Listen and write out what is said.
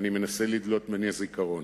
ואני מנסה לדלות מהזיכרון: